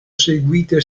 seguite